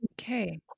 Okay